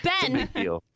Ben